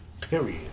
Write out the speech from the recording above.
period